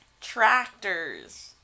tractors